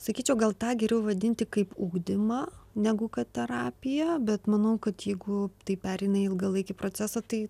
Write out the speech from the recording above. sakyčiau gal tą geriau vadinti kaip ugdymą negu kad terapija bet manau kad jeigu tai pereina į ilgalaikį procesą tai